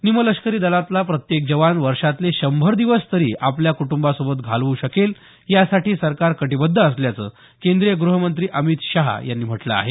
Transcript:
निमलष्करी दलातला प्रत्येक जवान वर्षातले शंभर दिवस तरी आपल्या कुटबासोबत घालव् शकेल यासाठी सरकार कटिबद्ध असल्याचं केंद्रीय गृहमंत्री अमित शहा यांनी म्हटलं आहे